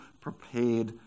prepared